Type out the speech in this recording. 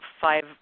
five